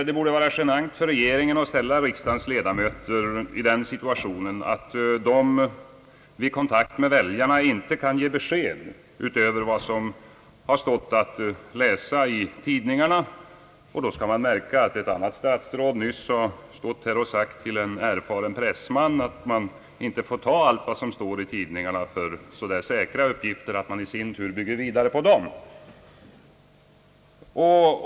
Det borde vara genant för regeringen att ställa riksdagens ledamöter i den situationen att de vid kontakt med väljarna inte kan ge besked utöver vad som har stått att läsa i tidningarna. Det bör observeras att ett annat statsråd nyss sagt till en erfaren pressman att man inte får ta allt som står i tidningarna för så säkra uppgifter att man i sin tur bygger vidare på dem.